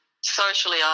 socially